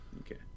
okay